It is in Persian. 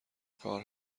کار